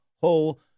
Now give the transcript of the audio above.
whole